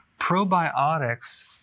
Probiotics